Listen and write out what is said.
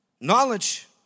Knowledge